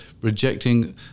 rejecting